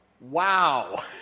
Wow